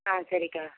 ஆ சரிக்கா